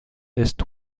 est